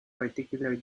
particular